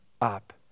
up